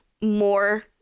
more